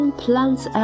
plants